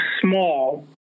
small